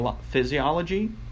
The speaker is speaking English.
physiology